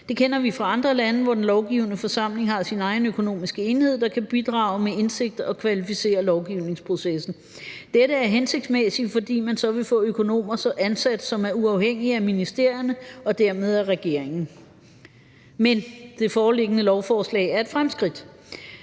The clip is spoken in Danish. Det kender vi fra andre lande, hvor den lovgivende forsamling har sin egen økonomiske enhed, der kan bidrage med indsigt og kvalificere lovgivningsprocessen. Dette er hensigtsmæssigt, fordi man så vil få økonomer ansat, som er uafhængige af ministerierne og dermed af regeringen. Men det foreliggende lovforslag er et fremskridt.